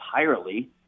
entirely